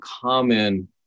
common